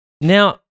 Now